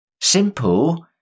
Simple